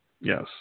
Yes